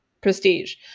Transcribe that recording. prestige